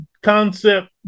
Concept